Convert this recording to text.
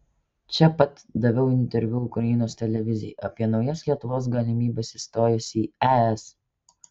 čia pat daviau interviu ukrainos televizijai apie naujas lietuvos galimybes įstojus į es